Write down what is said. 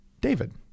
David